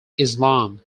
islam